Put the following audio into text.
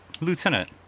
Lieutenant